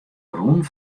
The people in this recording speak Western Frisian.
rûn